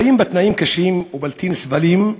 חיים בתנאים קשים ובלתי נסבלים,